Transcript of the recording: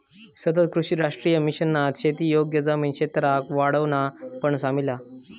सतत कृषी राष्ट्रीय मिशनात शेती योग्य जमीन क्षेत्राक वाढवणा पण सामिल हा